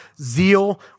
zeal